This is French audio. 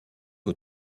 aux